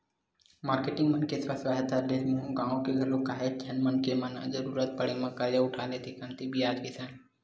marketing मन के स्व सहायता समूह ले गाँव के घलोक काहेच झन मनखे मन ह जरुरत पड़े म करजा उठा लेथे कमती बियाज के संग